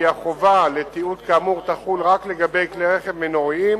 כי החובה לתיעוד כאמור תחול רק לגבי כלי רכב מנועיים